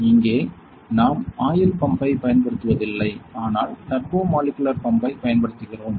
இங்கே நாம் ஆயில் பம்பைப் பயன்படுத்துவதில்லை ஆனால் டர்போ மாலிகுலர் பம்பைப் பயன்படுத்துகிறோம்